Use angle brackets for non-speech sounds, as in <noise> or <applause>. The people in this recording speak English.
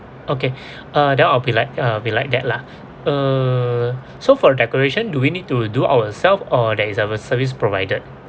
okay <breath> uh then I'll be like uh be like that lah uh so for decoration do we need to do ourselves or there is uh service provided